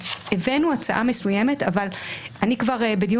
הבאנו הצעה מסוימת אבל אני כבר בדיון